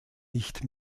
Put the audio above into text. nicht